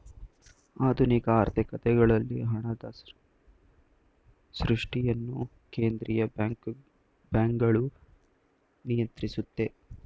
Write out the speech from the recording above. ಆಧುನಿಕ ಆರ್ಥಿಕತೆಗಳಲ್ಲಿ ಹಣದ ಸೃಷ್ಟಿಯನ್ನು ಕೇಂದ್ರೀಯ ಬ್ಯಾಂಕ್ಗಳು ನಿಯಂತ್ರಿಸುತ್ತೆ